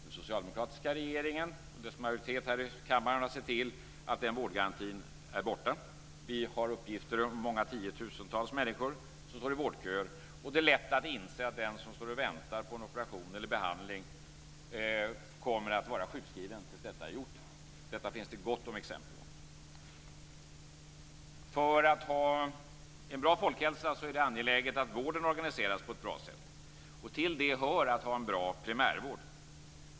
Den socialdemokratiska regeringen och dess majoritet här i kammaren har sett till att den vårdgarantin är borta. Vi har uppgifter om att många tiotusentals människor står i vårdköer. Det är lätt att inse att den som står och väntar på en operation eller behandling kommer att vara sjukskriven tills detta är gjort. Det finns det gott om exempel på. För att ha en bra folkhälsa är det angeläget att vården organiseras på ett bra sätt. Till det hör att ha en bra primärvård.